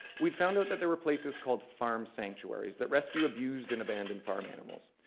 we'd found out that there were places called farm sanctuaries that rescue abused and abandoned farm animals.